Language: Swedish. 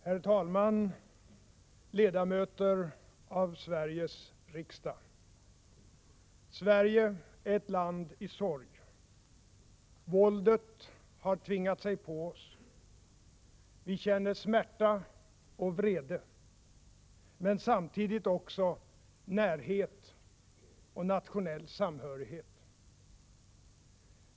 Herr talman! Ledamöter av Sveriges riksdag! Sverige är ett land i sorg. Våldet har tvingat sig på oss. Vi känner smärta och vrede. Men samtidigt också närhet och nationell samhörighet.